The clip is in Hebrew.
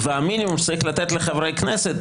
והמינימום שצריך לתת לחברי הכנסת,